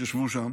שישבו שם,